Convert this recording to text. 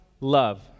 love